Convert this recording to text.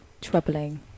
troubling